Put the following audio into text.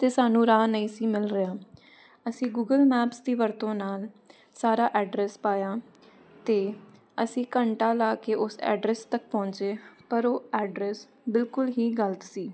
ਅਤੇ ਸਾਨੂੰ ਰਾਹ ਨਹੀਂ ਸੀ ਮਿਲ ਰਿਹਾ ਅਸੀਂ ਗੂਗਲ ਮੈਪਸ ਦੀ ਵਰਤੋਂ ਨਾਲ ਸਾਰਾ ਐਡਰੈਸ ਪਾਇਆ ਅਤੇ ਅਸੀਂ ਘੰਟਾ ਲਾ ਕੇ ਉਸ ਐਡਰੈਸ ਤੱਕ ਪਹੁੰਚੇ ਪਰ ਉਹ ਐਡਰੈਸ ਬਿਲਕੁਲ ਹੀ ਗਲਤ ਸੀ